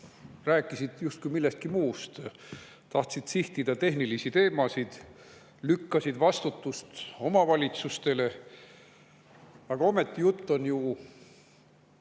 rääkisid justkui millestki muust, tahtsid sihtida tehnilisi teemasid, lükkasid vastutust omavalitsustele. Aga ometi, jutt on ju